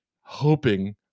hoping